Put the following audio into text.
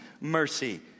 mercy